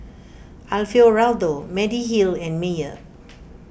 Alfio Raldo Mediheal and Mayer